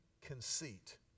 conceit